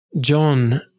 John